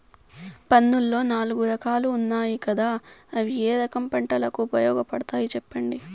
మన్నులో నాలుగు రకాలు ఉన్నాయి కదా అవి ఏ రకం పంటలకు ఉపయోగపడతాయి చెప్పండి?